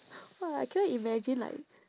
!wah! I cannot imagine like